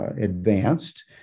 advanced